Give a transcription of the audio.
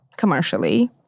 commercially